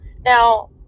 Now